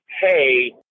Hey